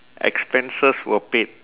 expenses were paid